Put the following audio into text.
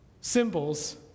symbols